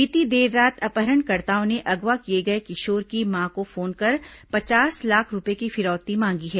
बीती देर रात अपहरणकर्ताओं ने अगवा किए गए किशोर की मां को फोन कर पचास लाख रूपये की फिरौती मांगी है